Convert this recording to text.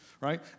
right